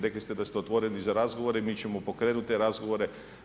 Rekli ste da ste otvoreni za razgovore i mi ćemo pokrenuti te razgovore.